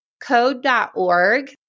code.org